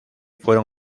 fueron